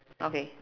okay